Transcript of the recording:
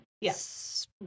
Yes